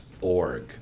org